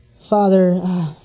Father